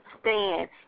stand